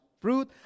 fruit